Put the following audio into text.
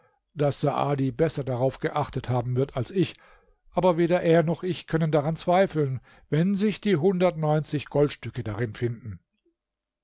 daß saadi besser darauf geachtet haben wird als ich aber weder er noch ich können daran zweifeln wenn sich die hundertundneunzig goldstücke darin finden